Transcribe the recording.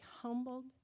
humbled